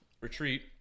retreat